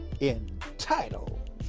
entitled